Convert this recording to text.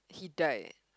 he died